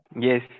Yes